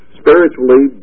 spiritually